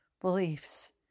beliefs